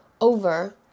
over